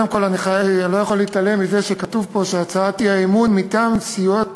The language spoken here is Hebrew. קודם כול אני לא יכול להתעלם מזה שכתוב פה שהצעת האי-אמון מטעם סיעות